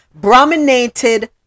brominated